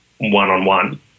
one-on-one